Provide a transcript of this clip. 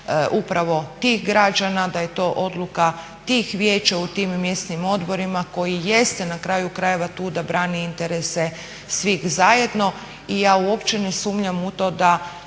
upravo tih građana, da je to odluka tih vijeća u tim mjesnim odborima koji jeste na kraju krajeva tu da brani interese svih zajedno. I ja uopće ne sumnjam u to da